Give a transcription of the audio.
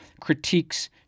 critiques